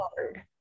hard